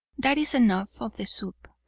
that is enough of the soup,